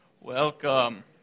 welcome